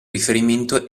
riferimento